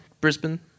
Brisbane